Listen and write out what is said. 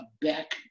back